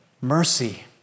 Mercy